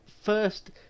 first